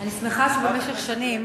אני שמחה שבמשך שנים,